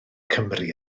cymru